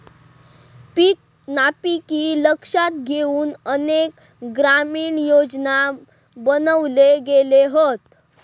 पीक नापिकी लक्षात घेउन अनेक ग्रामीण योजना बनवले गेले हत